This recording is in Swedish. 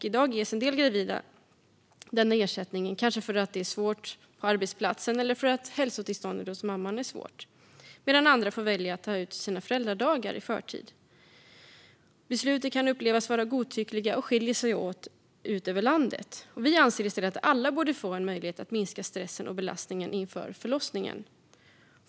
I dag ges en del gravida denna ersättning, kanske för att det är svårt på arbetsplatsen eller hälsotillståndet hos mamman är svårt, medan andra får välja att ta ut sina föräldradagar i förtid. Besluten kan upplevas vara godtyckliga och skiljer sig åt över landet. Vi anser att alla borde få en möjlighet att minska stressen och belastningen inför förlossningen.